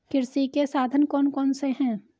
कृषि के साधन कौन कौन से हैं?